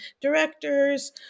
directors